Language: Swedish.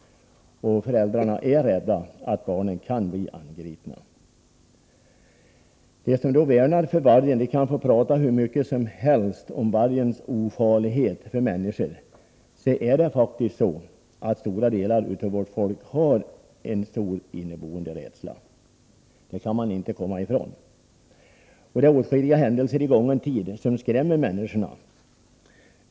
Föräldrarna är rädda för att barnen skall bli angripna. De som värnar om vargen må prata hur mycket de vill om att den är ofarlig för människor, men det är faktiskt så att stora delar av vårt folk har en stor inneboende rädsla. Det kan man inte komma ifrån. Åtskilliga händelser i gången tid skrämmer människorna.